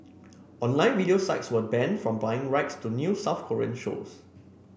online video sites were banned from buying rights to new South Korean shows